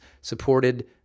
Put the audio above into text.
supported